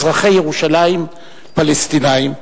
אזרחי ירושלים פלסטינים,